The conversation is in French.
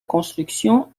construction